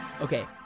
Okay